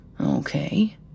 Okay